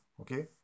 okay